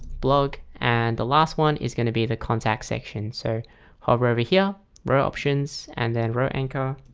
blog and the last one is going to be the contact section. so hover over here row options and then wrote anchor